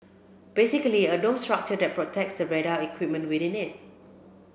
basically a dome structure that protects the radar equipment within it